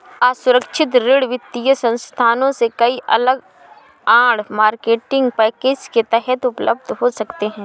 असुरक्षित ऋण वित्तीय संस्थानों से कई अलग आड़, मार्केटिंग पैकेज के तहत उपलब्ध हो सकते हैं